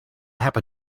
happen